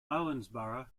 owensboro